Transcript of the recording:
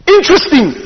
Interesting